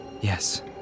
Yes